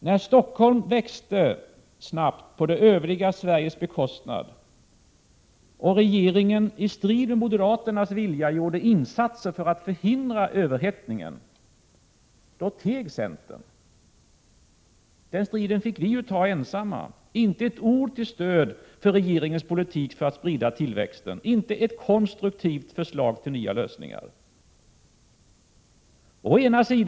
När Stockholm växte snabbt på det övriga Sveriges bekostnad, och regeringen, i strid med moderaternas vilja, gjorde insatser för att förhindra överhettningen, då teg centern. Den striden fick vi föra ensamma — inte ett ord till stöd för regeringens politik för att sprida tillväxten, inte ett konstruktivt förslag till nya lösningar kom centern med.